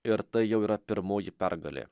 ir tai jau yra pirmoji pergalė